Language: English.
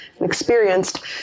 experienced